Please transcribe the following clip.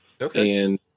Okay